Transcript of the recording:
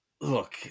look